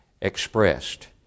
expressed